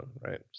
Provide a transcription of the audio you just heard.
right